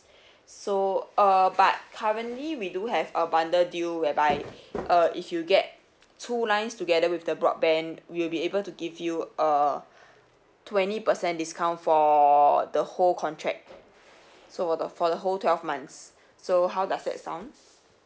so uh but currently we do have a bundle deal whereby uh if you get two lines together with the broadband we'll be able to give you a twenty percent discount for the whole contract so the for the whole twelve months so how does that sounds